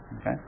Okay